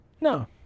no